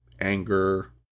anger